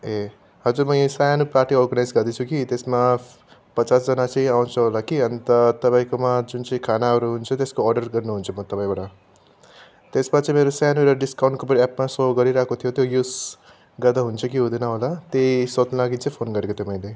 ए हजुर म यहाँ सानो पार्टी अर्गनाइज गर्दैछु कि त्यसमा पचासजना चाहिँ आउँछ होला कि अन्त तपाईँकोमा जुन चाहिँ खानाहरू हुन्छ त्यसको अर्डर गर्नु हुन्छ म तपाईँबड त्यसमा चाहिँ मेरो सानो एउटा डिस्काउन्ट एपमा सो गरिरहेको थियो त युस गर्दा हुन्छ कि हुँदैन होला त्यही सोध्नु लागि चाहिँ फोन गरेको थिएँ मैले